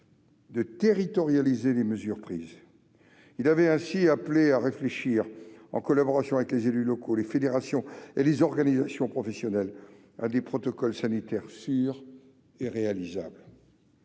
de « territorialiser » les mesures prises. Il avait ainsi appelé à « réfléchir, en collaboration avec les élus locaux, les fédérations et les organisations professionnelles, à des protocoles sanitaires sûrs et réalisables